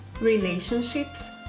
relationships